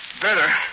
Better